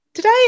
Today